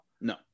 no